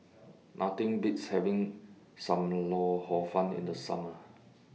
Nothing Beats having SAM Lau Hor Fun in The Summer